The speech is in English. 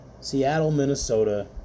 Seattle-Minnesota